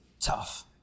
tough